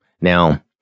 now